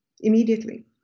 immediately